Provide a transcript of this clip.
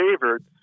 favored